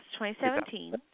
2017